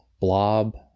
blob